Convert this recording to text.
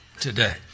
today